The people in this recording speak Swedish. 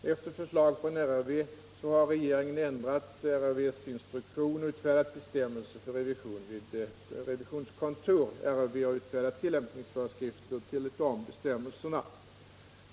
Efter förslag från RRV har regeringen ändrat RRV:s instruktion och utfärdat bestämmelser för revision vid revisionskontor. RRV har utfärdat tillämpningsföreskrifter till dessa bestämmelser.